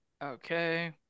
Okay